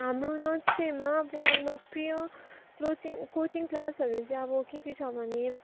हाम्रो नजिकैमा अब लोकप्रिय क्लोचिङ कोचिङ क्लासहरू अब के के छ भने